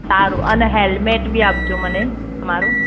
સારું અને હેલ્મેટ બી આપજો મને મારું